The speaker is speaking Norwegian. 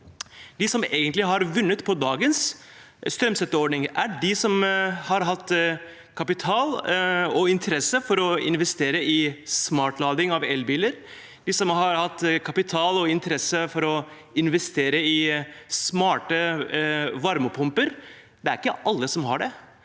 egentlig har vunnet på dagens strømstøtteordning, er de som har hatt kapital og interesse for å investere i smartlading av elbiler, de som har hatt kapital og interesse for å investere i smarte varmepumper. Det er ikke alle som har det;